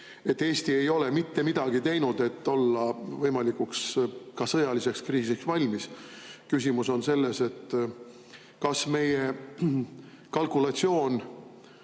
et Eesti ei ole mitte midagi teinud, et olla võimalikuks sõjaliseks kriisiks valmis. Küsimus on selles, kas meie kalkulatsioon